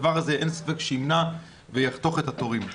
אין ספק שהדבר הזה יחתוך את התורים.